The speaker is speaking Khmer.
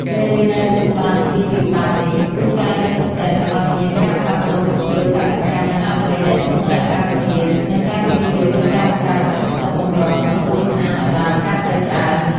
មេរៀនដែលទទួលបានពីវិបត្តិនេះ គឺការលើកទឹកចិត្តឱ្យមានការផ្លាស់ប្តូរមកធ្វើកសិកម្មឆ្លាតវៃដែលធន់នឹងអាកាសធាតុ និងការវិនិយោគលើការបង្កើតប្រភពទឹកបម្រុងក្នុងមូលដ្ឋានឱ្យបានកាន់តែច្រើន។